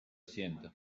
siento